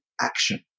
action